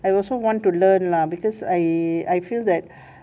I also want to learn lah because I I feel that